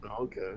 Okay